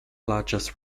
largest